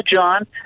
John